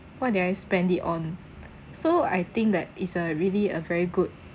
what did I spend it on so I think that is a really a very good